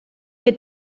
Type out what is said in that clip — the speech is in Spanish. que